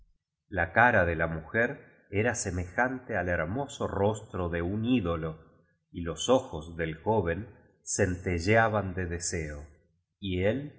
la cara de la mujer era semejante al hermoso rostro de un ídolo y los ojos del joven centelleaban de deseo y el